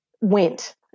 went